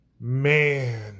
Man